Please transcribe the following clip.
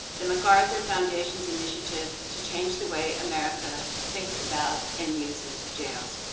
the macarthur foundation's initiative to change the way america thinks about and uses jails.